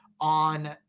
on